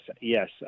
yes